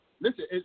Listen